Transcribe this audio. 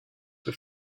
for